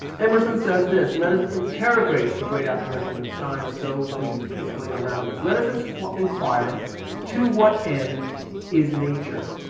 emerson says this, let us interrogate the great apparition of signs so brief peacefully around us. let us inquire inquire to what end is nature.